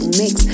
mix